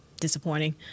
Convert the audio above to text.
disappointing